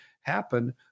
happen